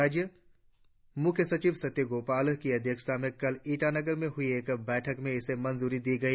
राज्य मुख्य सचिव सत्य गोपाल की अध्यक्षता में कल ईटानगर में हुई एक बैठक में इसे मंजूरी दी गई